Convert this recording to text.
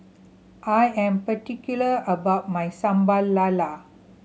I am particular about my Sambal Lala